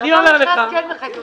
תן לי לסיים משפט, ברשותך.